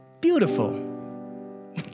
Beautiful